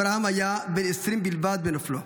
אברהם היה בן 20 בלבד בנופלו.